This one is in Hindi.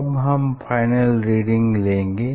अब हम फाइनल रीडिंग लेंगे